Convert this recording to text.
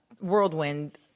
whirlwind